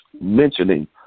mentioning